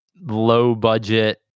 low-budget